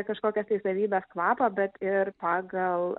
kažkokias tai savybes kvapą bet ir pagal